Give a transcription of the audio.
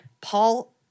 Paul